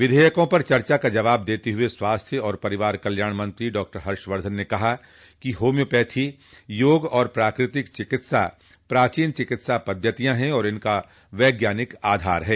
विधेयकों पर चर्चा का जवाब देते हुए स्वास्थ्य और परिवार कल्याण मंत्री डॉ हर्षवर्धन ने कहा कि होम्योपैथी योग और प्राकृतिक चिकित्सा प्राचीन चिकित्सा पद्धतियां हैं और इनका वैज्ञानिक आधार है